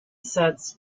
sets